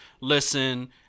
listen